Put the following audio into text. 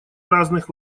разных